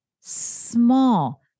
small